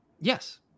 Yes